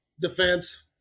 defense